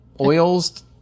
oils